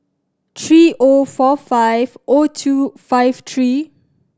three O four five O two five three